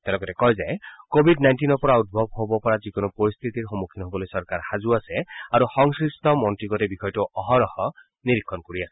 তেওঁ লগতে কয় যে কোৱিড নাইনটিনৰ পৰা উদ্ভৱ হ'ব পৰা যিকোনো পৰিস্থিতিৰ সন্মুখীন হ'বলৈ চৰকাৰ সাজু আছে আৰু সংশ্লিষ্ট মন্ত্ৰীগোটে বিষয়টো অহৰহ নিৰীক্ষণ কৰি আছে